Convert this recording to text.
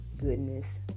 goodness